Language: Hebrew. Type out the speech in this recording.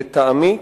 לטעמי,